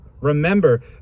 Remember